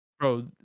Bro